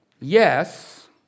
Yes